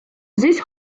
this